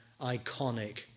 iconic